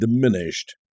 diminished